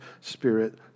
spirit